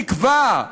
תקווה,